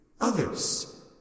others